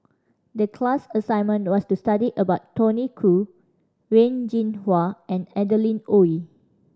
the class assignment was to study about Tony Khoo Wen Jinhua and Adeline Ooi